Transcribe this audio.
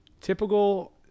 Typical